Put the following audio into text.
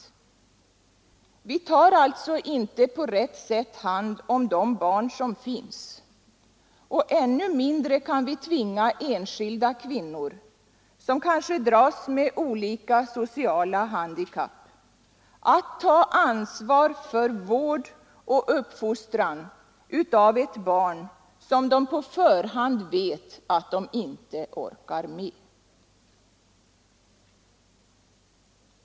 Vi tar alltså inte på rätt sätt hand om de barn som finns, och ännu mindre kan vi tvinga enskilda kvinnor, som kanske dras med olika sociala handikapp, att ta ansvar för vård och uppfostran av ett barn som de på förhand vet att de inte orkar med.